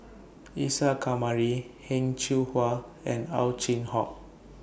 Isa Kamari Heng Cheng Hwa and Ow Chin Hock